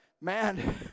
man